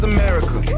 America